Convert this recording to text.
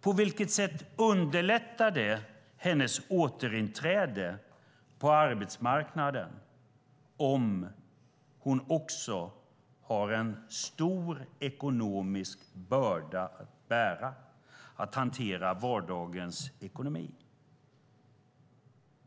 På vilket sätt underlättar det hennes återinträde på arbetsmarknaden om hon också har en stor ekonomisk börda att bära för att hantera vardagens ekonomi?